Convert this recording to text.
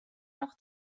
noch